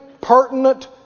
pertinent